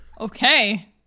Okay